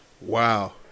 Wow